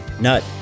nut